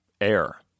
air